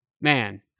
man